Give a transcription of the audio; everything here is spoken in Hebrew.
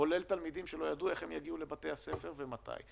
כולל תלמידים שלא ידעו איך הם יגיעו לבתי הספר ומתי,